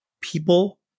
People